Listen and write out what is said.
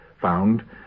found